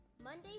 Monday